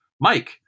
Mike